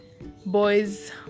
boys